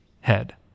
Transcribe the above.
head